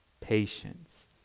patience